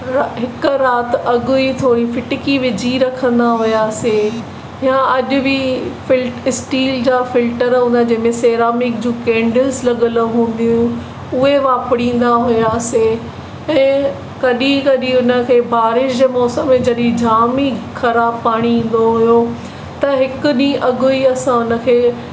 हिकु राति अॻ ई थोरी फिटिकी विझी रखंदा हुआसीं या अॼु बि फिल्ट स्टील जा फिल्टर हूंदा जंहिंमें सैरामिक जूं कैंडल्स लॻियल हूंदी हुयूं उहे वापरींदा हुआसीं ऐं कॾहिं कॾहिं हुनखे बारिश जो मौसम में जॾहिं जाम ई ख़राबु पाणी ईंदो हुओ त हिकु ॾींहुं अॻ ई असां उनखे